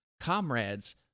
Comrades